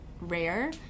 rare